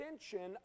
extension